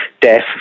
death